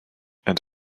and